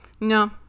No